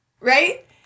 Right